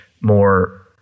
more